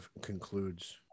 concludes